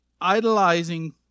Idolizing